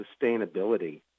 sustainability